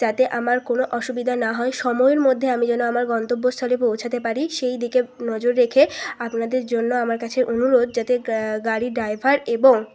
যাতে আমার কোনো অসুবিধা না হয় সময়ের মধ্যে আমি যেন আমার গন্তব্যস্থলে পৌঁছাতে পারি সেইদিকে নজর রেখে আপনাদের জন্য আমার কাছে অনুরোধ যাতে গাড়ির ড্রাইভার এবং